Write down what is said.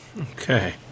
okay